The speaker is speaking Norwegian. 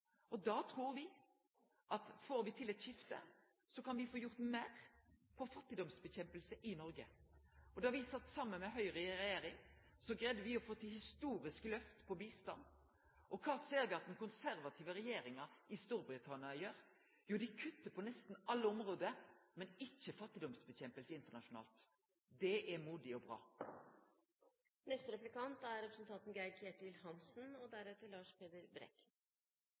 Folkeparti. Da trur me at får me til eit skifte, får me gjort meir når det gjeld kampen mot fattigdom i Noreg. Da me sat saman med Høgre i regjering, greidde me å få til historiske lyft på bistand. Kva ser me at den konservative regjeringa i Storbritannia gjer? Jo, dei kuttar på nesten alle område, men ikkje når det gjeld kampen mot fattigdom internasjonalt. Det er modig og